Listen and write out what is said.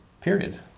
Period